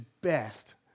best